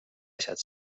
asjad